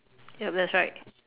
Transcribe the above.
yup that's right